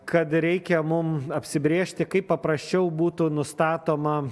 kad reikia mum apsibrėžti kaip paprasčiau būtų nustatoma